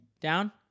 Down